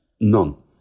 none